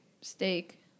steak